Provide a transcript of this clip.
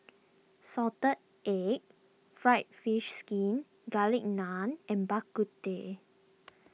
Salted Egg Fried Fish Skin Garlic Naan and Bak Kut Teh